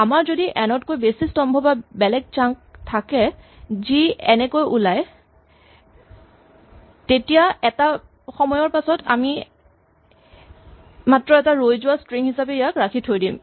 আমাৰ যদি এন তকৈ বেছি স্তম্ব বা বেলেগ ছাংক থাকে যি এনেকৈ ওলায় তেতিয়া এটা সময়ৰ পিচত আমি মাত্ৰ এটা ৰৈ যোৱা স্ট্ৰিং হিচাপে ইয়াক ৰাখি থৈ দিম